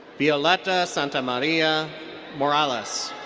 violetta santamaria morales.